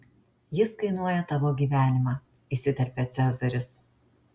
jis kainuoja tavo gyvenimą įsiterpia cezaris